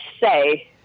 say